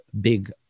big